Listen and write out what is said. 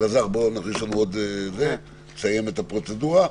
אלעזר, נסיים את הפרוצדורה.